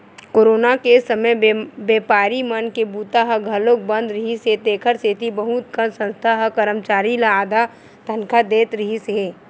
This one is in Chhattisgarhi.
कोरोना के समे बेपारी मन के बूता ह घलोक बंद रिहिस हे तेखर सेती बहुत कन संस्था ह करमचारी ल आधा तनखा दे रिहिस हे